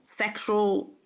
sexual